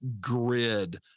grid